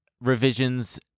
revisions